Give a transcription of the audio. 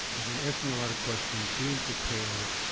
i think asking a lot of questions, being prepared,